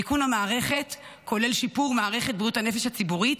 תיקון המערכת כולל שיפור מערכת בריאות הנפש הציבורית